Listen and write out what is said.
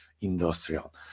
industrial